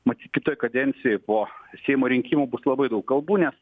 matyt kitoj kadencijoj po seimo rinkimų bus labai daug kalbų nes